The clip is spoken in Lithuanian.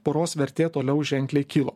poros vertė toliau ženkliai kilo